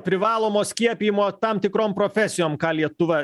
privalomo skiepijimo tam tikrom profesijom ką lietuva